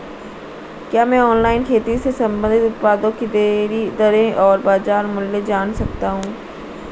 क्या मैं ऑनलाइन खेती से संबंधित उत्पादों की दरें और बाज़ार मूल्य जान सकता हूँ?